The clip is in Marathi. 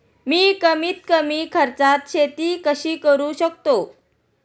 मी कमीत कमी खर्चात शेती कशी करू शकतो?